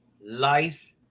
Life